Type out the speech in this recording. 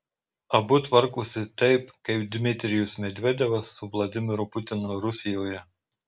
abu tvarkosi taip kaip dmitrijus medvedevas su vladimiru putinu rusijoje